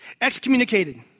excommunicated